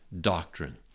doctrine